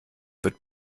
wird